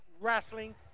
wrestling